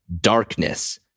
darkness